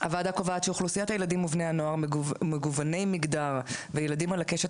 הוועדה קובעת שאוכלוסיית הילדים ובני הנוער מגווני מגדר וילדים על הקשת